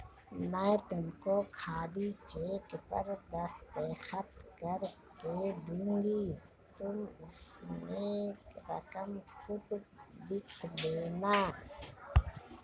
मैं तुमको खाली चेक पर दस्तखत करके दूँगी तुम उसमें रकम खुद लिख लेना